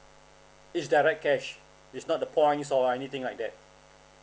it's direct cash it's not the points or anything like that